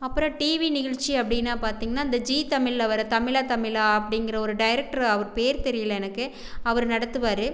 அப்புறோம் டிவி நிகழ்ச்சி அப்படின்னா பார்த்திங்ன்னா இந்த ஜி தமிழில் வர தமிழா தமிழா அப்படிங்குற ஒரு டைரக்டர் அவர் பேர் தெரியல எனக்கு அவர் நடத்துவார்